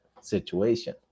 situation